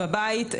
בבית,